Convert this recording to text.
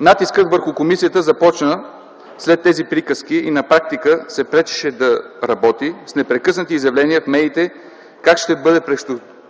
Натискът върху комисията започна след тези приказки и на практика се пречеше тя да работи с непрекъснати изявления в медиите как ще бъде